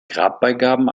grabbeigaben